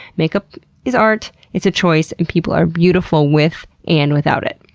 makeup is art. it's a choice and people are beautiful with and without it.